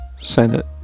senate